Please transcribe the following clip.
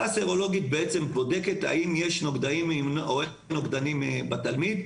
הסרולוגית בודקת האם יש נוגדנים אצל התלמיד,